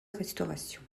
restauration